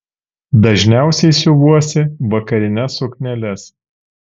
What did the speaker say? dažniausiai siuvuosi vakarines sukneles